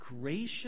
gracious